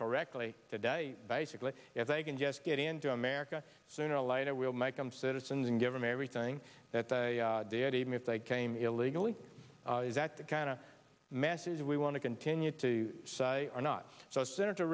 correctly today basically as i can just get into america sooner or later we'll make them citizens and give them everything that they had even if they came illegally is that the kind of message we want to continue to say or not so senator